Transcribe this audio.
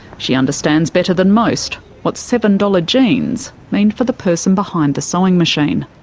she understands better than most what seven dollars jeans mean for the person behind the sewing machine.